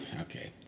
okay